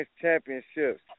championships